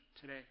today